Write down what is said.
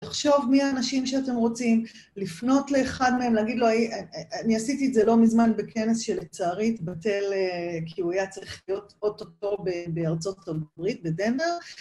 לחשוב מי האנשים שאתם רוצים, לפנות לאחד מהם, להגיד לו, אני עשיתי את זה לא מזמן בכנס שלצערי התבטל כי הוא היה צריך להיות אוטוטו בארצות הברית, בדנדר,